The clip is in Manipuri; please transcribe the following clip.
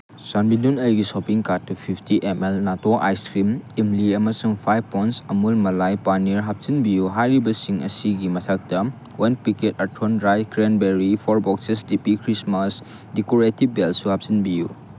ꯆꯥꯟꯕꯤꯗꯨꯅ ꯑꯩꯒꯤ ꯁꯣꯄꯤꯡ ꯀꯥꯔꯠꯇꯨ ꯐꯤꯐꯇꯤ ꯑꯦꯝ ꯑꯦꯜ ꯅꯣꯇꯣ ꯑꯥꯏꯁ ꯀ꯭ꯔꯤꯝ ꯏꯝꯂꯤ ꯑꯃꯁꯨꯡ ꯐꯥꯏꯚ ꯄꯣꯟꯁ ꯑꯃꯨꯜ ꯃꯂꯥꯏ ꯄꯥꯅꯤꯔ ꯍꯥꯞꯆꯤꯟꯕꯤꯌꯨ ꯍꯥꯏꯔꯤꯕꯁꯤꯡ ꯑꯁꯤꯒꯤ ꯃꯊꯛꯇ ꯋꯥꯟ ꯄꯤꯀꯦꯠ ꯑꯊꯣꯟ ꯗ꯭ꯔꯥꯏꯠ ꯀ꯭ꯔꯦꯟꯕꯦꯔꯤ ꯐꯣꯔ ꯕꯣꯛꯁꯦꯁ ꯗꯤ ꯄꯤ ꯈ꯭ꯔꯤꯁꯃꯥꯁ ꯗꯤꯀꯣꯔꯦꯇꯤꯞ ꯕꯦꯜꯁꯨ ꯍꯥꯞꯆꯤꯟꯕꯤꯌꯨ